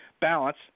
balance